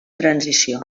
transició